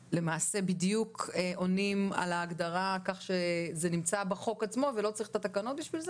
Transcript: עונים בדיוק להגדרה כך שזה נמצא בחוק עצמו ולא צריך את התקנות בשביל זה?